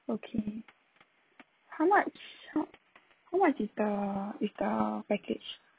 okay how much how much is the is the package